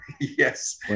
Yes